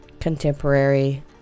contemporary